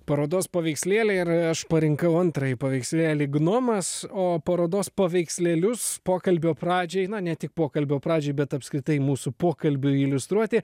parodos paveikslėliai ir aš parinkau antrąjį paveikslėlį gnomas o parodos paveikslėlius pokalbio pradžiai na ne tik pokalbio pradžiai bet apskritai mūsų pokalbiui iliustruoti